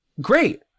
great